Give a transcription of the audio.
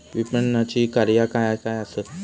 विपणनाची कार्या काय काय आसत?